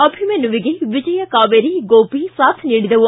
ಅಭಿಮನ್ಯುವಿಗೆ ವಿಜಯ ಕಾವೇರಿ ಗೋಪಿ ಸಾಥ್ ನೀಡಿದವು